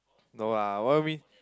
no lah what you mean